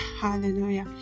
Hallelujah